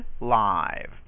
live